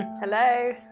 Hello